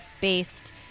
based